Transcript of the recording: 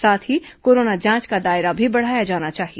साथ ही कोरोना जांच का दायरा भी बढ़ाया जाना चाहिए